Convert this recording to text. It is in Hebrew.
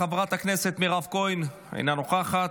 חברת הכנסת מירב כהן, אינה נוכחת.